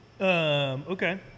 Okay